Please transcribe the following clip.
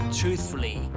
truthfully